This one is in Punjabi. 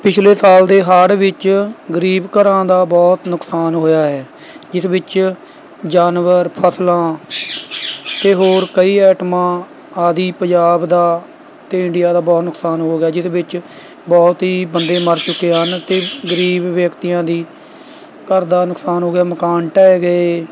ਪਿਛਲੇ ਸਾਲ ਦੇ ਹੜ੍ਹ ਵਿੱਚ ਗਰੀਬ ਘਰਾਂ ਦਾ ਬਹੁਤ ਨੁਕਸਾਨ ਹੋਇਆ ਹੈ ਜਿਸ ਵਿੱਚ ਜਾਨਵਰ ਫਸਲਾਂ ਅਤੇ ਹੋਰ ਕਈ ਐਟਮਾਂ ਆਦਿ ਪੰਜਾਬ ਦਾ ਅਤੇ ਇੰਡੀਆ ਦਾ ਬਹੁਤ ਨੁਕਸਾਨ ਹੋ ਗਿਆ ਜਿਸ ਵਿੱਚ ਬਹੁਤ ਹੀ ਬੰਦੇ ਮਰ ਚੁੱਕੇ ਹਨ ਅਤੇ ਗਰੀਬ ਵਿਅਕਤੀਆਂ ਦੀ ਘਰ ਦਾ ਨੁਕਸਾਨ ਹੋ ਗਿਆ ਮਕਾਨ ਢਹਿ ਗਏ